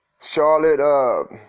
Charlotte